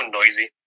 noisy